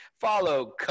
Follow